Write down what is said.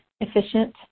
efficient